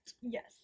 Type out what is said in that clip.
Yes